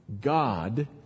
God